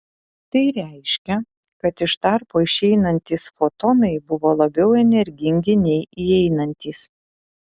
tai reiškia kad iš tarpo išeinantys fotonai buvo labiau energingi nei įeinantys